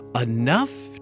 enough